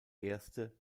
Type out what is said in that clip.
erste